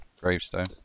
gravestone